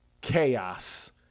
chaos